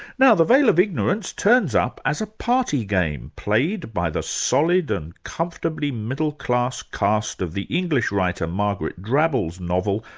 now the veil of ignorance turns up as a party game, played by the solid and comfortably middle-class cast of the english writer, margaret drabble's novel,